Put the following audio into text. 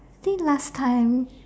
think last time